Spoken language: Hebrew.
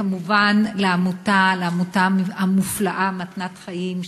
וכמובן, לעמותה המופלאה "מתנת חיים",